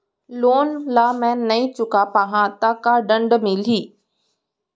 Loan ला मैं नही चुका पाहव त का दण्ड मिलही?